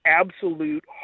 absolute